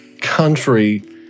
Country